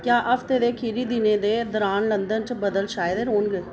क्या हफ्ते दे खीरी दिनें दे दरान लंदन च बद्दल छाए दे रौह्ङन